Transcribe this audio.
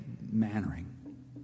Mannering